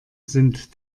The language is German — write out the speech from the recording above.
sind